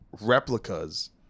replicas